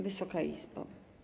Wysoka Izbo!